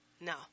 No